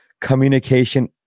communication